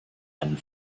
einen